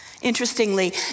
Interestingly